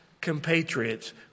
compatriots